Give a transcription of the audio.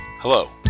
Hello